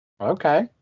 Okay